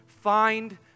find